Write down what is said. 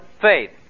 faith